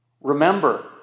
Remember